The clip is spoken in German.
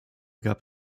gab